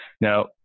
Now